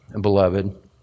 beloved